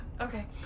okay